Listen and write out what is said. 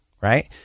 right